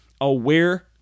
aware